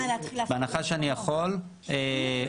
בהנחה שאני יכול,